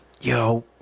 Yo